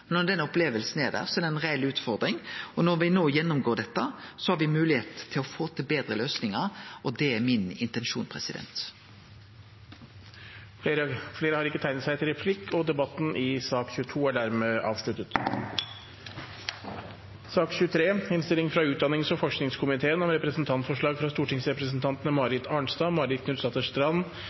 når den opplevinga er der, er det ei reell utfordring. Når me no gjennomgår dette, har me moglegheit til å få til betre løysingar, og det er intensjonen min. Replikkordskiftet er omme. Flere har ikke bedt om ordet til sak nr. 22. Etter ønske fra utdannings- og forskningskomiteen